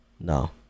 No